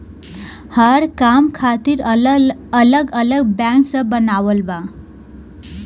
हर काम खातिर अलग अलग बैंक सब बनावल बा